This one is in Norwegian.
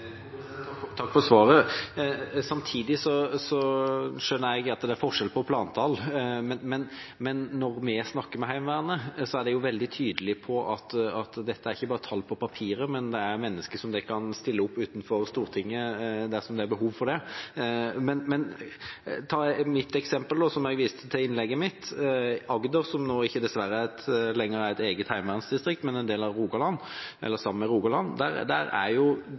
Takk for svaret. Jeg skjønner samtidig at det er forskjell på plantall, men når vi snakker med Heimevernet, er de veldig tydelige på at dette ikke bare er tall på papiret, men mennesker som de kan stille opp utenfor Stortinget dersom det er behov for det. Ta eksempelet som jeg viste til i innlegget mitt: Planene er at når en i Agder – som nå dessverre ikke lenger er et eget heimevernsdistrikt, men sammen med Rogaland – skal gjennomføre nedbemanning, vil det, dersom de planene blir godkjent, gå fra 2 500 til 400, bl.a. fordi det ikke er